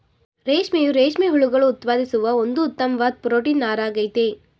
ರೇಷ್ಮೆಯು ರೇಷ್ಮೆ ಹುಳುಗಳು ಉತ್ಪಾದಿಸುವ ಒಂದು ಉತ್ತಮ್ವಾದ್ ಪ್ರೊಟೀನ್ ನಾರಾಗಯ್ತೆ